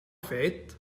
fet